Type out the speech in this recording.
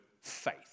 faith